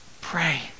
Pray